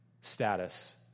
status